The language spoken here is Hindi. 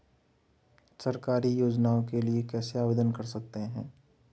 सरकारी योजनाओं के लिए कैसे आवेदन कर सकते हैं?